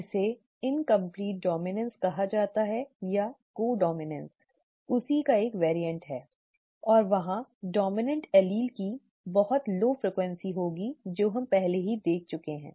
जिसे incomplete dominance कहा जाता है या कोडॉम्इनॅन्स उसी का एक वेरिएंट है और वहां डोमिनेंट एलील की बहुत कम आवृत्ति होगी जो हम पहले ही देख चुके हैं